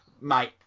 mate